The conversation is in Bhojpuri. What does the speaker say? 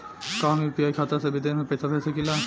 का हम यू.पी.आई खाता से विदेश में पइसा भेज सकिला?